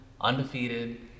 undefeated